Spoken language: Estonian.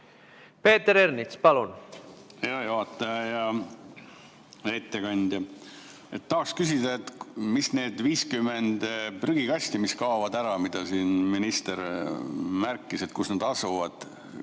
Peeter Ernits, palun!